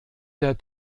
der